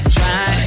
try